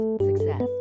Success